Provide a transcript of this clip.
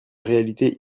réalité